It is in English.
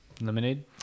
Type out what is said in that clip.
lemonade